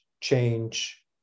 change